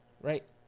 Right